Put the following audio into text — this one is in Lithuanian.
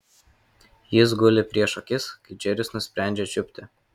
jis guli prieš akis kai džeris nusprendžia čiupti